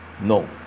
No